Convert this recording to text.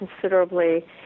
considerably